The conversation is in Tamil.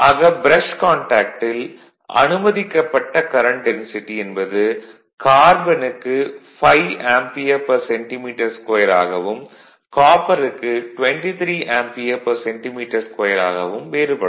ஆக ப்ரஷ் கான்டாக்டில் அனுமதிக்கப்பட்ட கரண்ட் டென்சிட்டி என்பது கார்பனுக்கு 5 Acm2 ஆகவும் காப்பருக்கு 23 Acm2 ஆகவும் வேறுபடும்